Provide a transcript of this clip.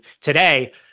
today